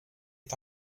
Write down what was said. est